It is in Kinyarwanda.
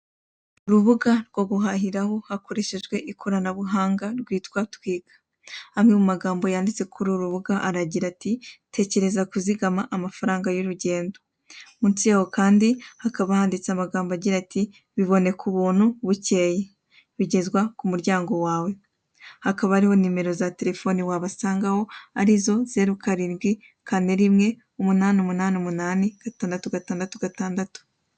Urubuga rwo guhahiraho ukoresheje ikoranabuhanga rwitwa twiga, amwe mumagambo yanditse kuri urwo rubuga aragita ati " tekereza kuzigamba amafaranga y'urugendo'', munsi yaho kandi hakaba handitse amagambo agira ati ''bibineka ubuntu bukeya, bigezwa k'umuryango wawe'', hakaba hariho nimero za terefone wabasangaho arizo; zeru karindwi kane rimwe umunani umunani umunani kane gatandatu gatandatu.